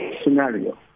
Scenario